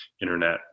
internet